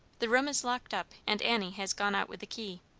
the room is locked up, and annie has gone out with the key.